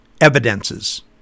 evidences